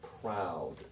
proud